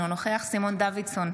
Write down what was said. אינו נוכח סימון דוידסון,